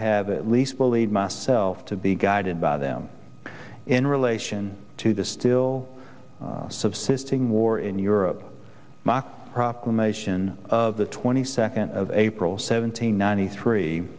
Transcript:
have at least believed myself to be guided by them in relation to the still subsisting war in europe proclamation of the twenty second of april seventeenth ninety three